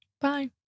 Bye